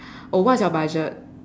oh what's your budget